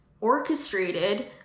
orchestrated